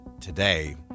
today